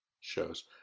shows